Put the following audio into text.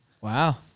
Wow